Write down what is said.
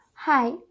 Hi